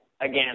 again